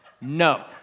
No